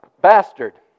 bastard